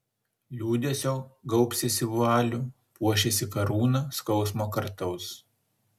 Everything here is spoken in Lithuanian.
liūdesio gaubsiesi vualiu puošiesi karūna skausmo kartaus